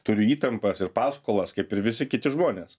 turiu įtampas ir paskolas kaip ir visi kiti žmonės